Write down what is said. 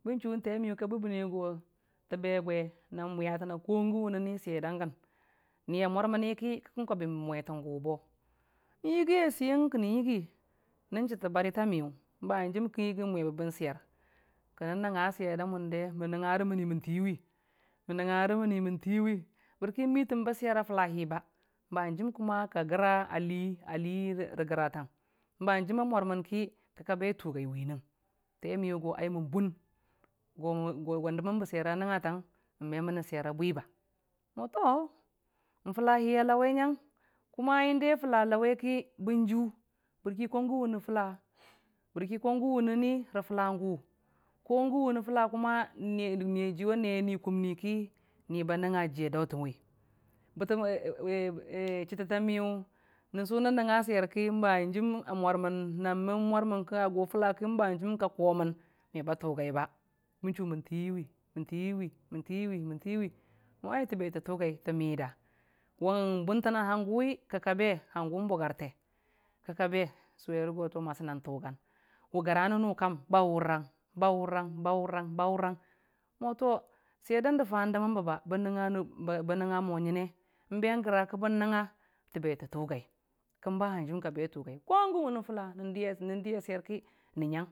Bən chu temiyʊ ka bəbəbne go təbe nan mwiyatəna kogən wʊne swer dangən gən nən mwarmən ki kən kabi mwe dagi bo gəgi a seiyən kənən yəgi na chətə bari ta miyən kən yəgi mwe bəmən swer ənn nəngnga swer da mʊnde mən nəng ngare məni mənti wi, bərki mitən bə swer a fula hi ba bam hanjim kʊma ka gəra a Li a Li ngare tam mwarmənki ka be tʊgai temiyu mən bʊn go dəmənbə swer a nəngngatan gon memənə swera bwi mo to fulali a lawe nyang kʊma fulahi a lawe ki bən ju bərki ko gən wʊne ko rəfuta gu ko gən wʊnə ni rəjiyangu gən wʊne fʊla ko gən wʊne fʊla niyajiyʊ a ne ni kumni ki ni ba nəngnga jii a dautənwi bətə ge chətətamiyʊ nən nəngnga swer nan ban hanjim, mo tʊgai ki hanjim ka komən go em bətə tugai ba bən chʊ kəmən tiwi mən tiwi mən tiwi mən tiwi mo ai təbe tə tʊgai tə mida wʊn bʊntəna hangʊwi ki ka be bərki bugarte ki ka be sʊwerə go masi nən tʊgan, wʊ grali ga nənu kam baurang baurang baurang mo to swer dande em fa dəmənbe bən nəngnga mo nyəne nbe grah ki bən nəngnga tə eb tə urgai ki ba hanjim ka be tʊgai ko gən wʊne fʊla nən di a swer ki nən nyang.